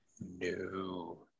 No